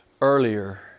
earlier